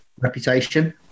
reputation